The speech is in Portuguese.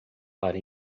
para